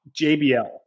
JBL